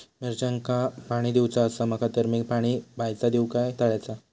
मिरचांका पाणी दिवचा आसा माका तर मी पाणी बायचा दिव काय तळ्याचा?